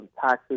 taxes